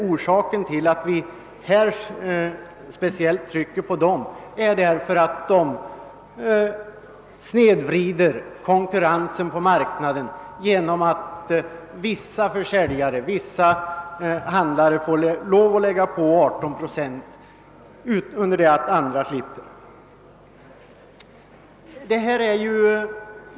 Orsaken till att vi tagit upp dessa speciella frågor är emellertid att konkurrensen på marknaden snedvrids genom att vissa försäljare måste lägga på 18 procent under det att andra slipper göra detta.